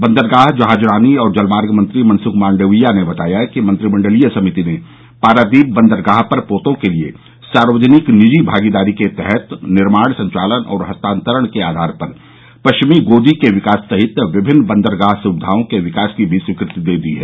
बंदरगाह जहाजरानी और जलमार्ग मंत्री मनसुख मांडविया ने बताया कि मंत्रिमंडलीय समिति ने पारादीप बंदरगाह पर पोतों के लिए सार्वजनिक निजी भागीदारी के तहत निर्माण संचालन और हस्तांतरणके आधार पर पश्चिमी गोदी के विकास सहित विमिन्न बंदरगाह सुविधाओं के विकास की मी स्वीकृति दे दी है